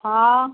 हाँ